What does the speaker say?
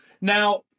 Now